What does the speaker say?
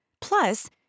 Plus